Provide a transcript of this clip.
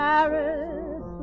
Paris